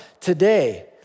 Today